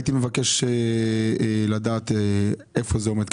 הייתי מבקש לדעת היכן זה עומד.